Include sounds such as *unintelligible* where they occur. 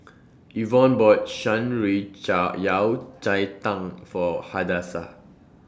Evon bought Shan Rui *unintelligible* Yao Cai Tang For Hadassah